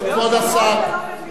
לא שומעות ולא מבינות.